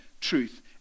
truth